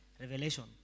Revelation